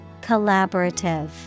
Collaborative